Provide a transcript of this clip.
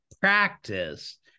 practice